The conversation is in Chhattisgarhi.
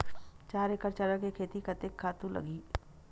चार एकड़ चना के खेती कतेकन खातु लगही?